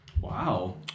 Wow